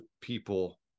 people